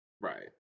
Right